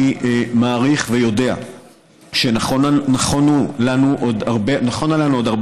אני מעריך ויודע שנכונה לנו עוד הרבה